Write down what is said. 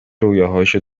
رویاهاشو